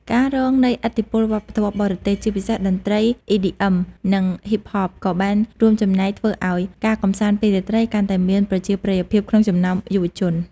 ការរងនៃឥទ្ធិពលវប្បធម៌បរទេស ជាពិសេសតន្ត្រី អុីឌីអឹម (EDM) និង ហុីប ហប់ (Hip Hop) ក៏បានរួមចំណែកធ្វើឱ្យការកម្សាន្តពេលរាត្រីកាន់តែមានប្រជាប្រិយភាពក្នុងចំណោមយុវជន ។